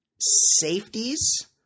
Safeties